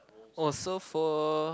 oh so for